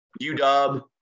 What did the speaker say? UW